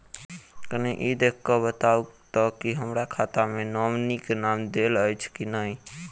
कनि ई देख कऽ बताऊ तऽ की हमरा खाता मे नॉमनी केँ नाम देल अछि की नहि?